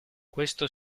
questo